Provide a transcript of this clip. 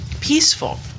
peaceful